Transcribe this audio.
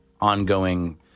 ongoing